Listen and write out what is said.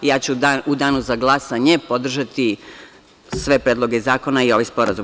Ja ću u danu za glasanje podržati sve predloge zakona i ovaj sporazum.